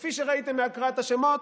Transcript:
כפי שראיתם מהקראת השמות,